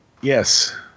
Yes